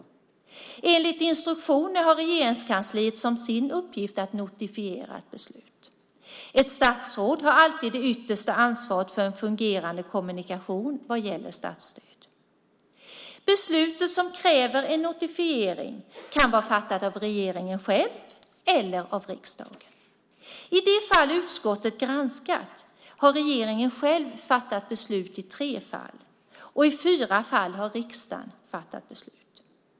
Enligt instruktioner har Regeringskansliet som sin uppgift att notifiera ett beslut. Ett statsråd har alltid det yttersta ansvaret för en fungerande kommunikation vad gäller statsstöd. Beslutet som kräver en notifiering kan vara fattat av regeringen själv eller av riksdagen. I de fall utskottet granskat har regeringen själv fattat beslut i tre fall. I fyra fall har riksdagen fattat beslut.